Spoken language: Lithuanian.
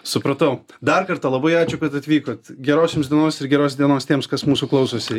supratau dar kartą labai ačiū kad atvykot geros jums dienos ir geros dienos tiems kas mūsų klausosi